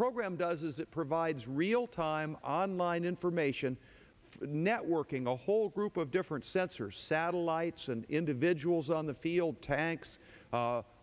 program does is it provides real time on line information networking a whole group of different sensors satellites and individuals on the field tanks